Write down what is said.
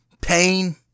pain